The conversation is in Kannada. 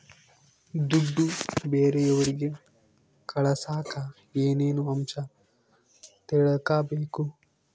ದುಡ್ಡು ಬೇರೆಯವರಿಗೆ ಕಳಸಾಕ ಏನೇನು ಅಂಶ ತಿಳಕಬೇಕು?